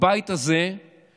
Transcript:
הבית הזה עשה,